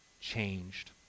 changed